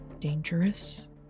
dangerous